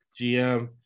GM